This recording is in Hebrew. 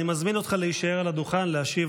אני מזמין אותך להישאר על הדוכן להשיב